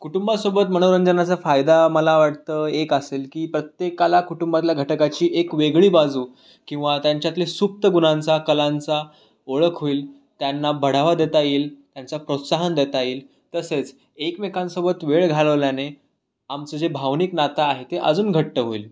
कुटुंबासोबत मनोरंजनाचा फायदा मला वाटतं एक असेल की प्रत्येकाला कुटुंबातल्या घटकाची एक वेगळी बाजू किंवा त्यांच्यातले सुप्त गुनांचा कलांचा ओळख होईल त्यांना बढावा देता येईल त्यांचा प्रोत्साहन देता येईल तसेच एकमेकांसोबत वेळ घालवल्याने आमचं जे भावनिक नातं आहे ते अजून घट्ट होईल